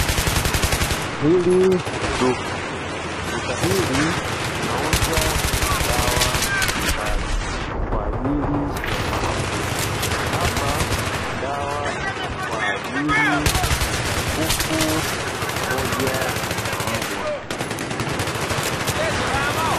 Hili ni duka. Duka hili linauza dawa mbalimbali kwa ajili ya mifugo. Hapa kuna dawa kwa ajili ya kuku pamoja na mbwa.